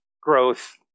growth